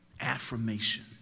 affirmation